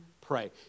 pray